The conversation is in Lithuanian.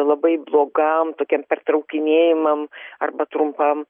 labai blogam tokiam pertraukinėjamam arba trumpam